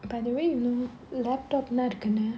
by the way you know laptop lah இருக்குல:irukkula